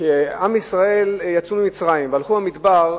כשעם ישראל יצאו ממצרים והלכו במדבר,